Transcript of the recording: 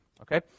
Okay